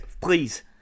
Please